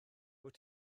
wyt